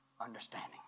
understanding